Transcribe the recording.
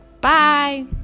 Bye